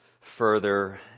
further